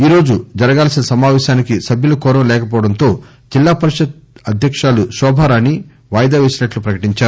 ఈ రోజు జరగాల్సిన సమాపేశానికి సభ్యుల కోరం లేకపోవడంతో జిల్లా పరిషత్ అధ్యకురాలు శోభారాణి వాయిదాపేసినట్లు ప్రకటించారు